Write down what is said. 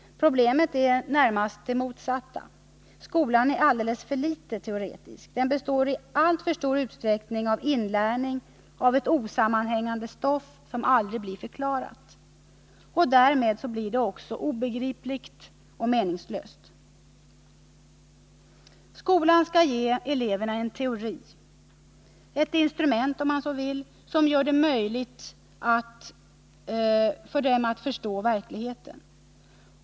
Problemet är närmast det motsatta. Skolan är alltför litet teoretisk. Den består i alltför stor utsträckning av inlärning av ett osammanhängande stoff som aldrig blir förklarat. Därmed | blir det också obegripligt och meningslöst. Skolan skall ge eleverna en teori, ett instrument om man så vill, som gör | det möjligt för dem att förstå verkligheten.